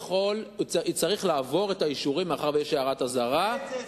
יצטרך לעבור את האישורים, מאחר שיש הערת אזהרה.